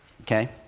okay